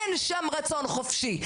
אין שם רצון חופשי.